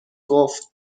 گفت